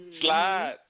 Slide